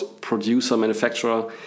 producer-manufacturer